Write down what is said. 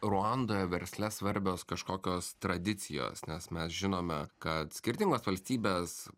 ruandoje versle svarbios kažkokios tradicijos nes mes žinome kad skirtingos valstybės